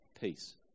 Peace